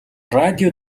радио